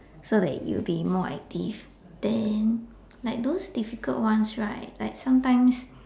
so that you'll be more active then like those difficult ones right like sometimes